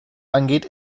angeht